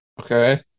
Okay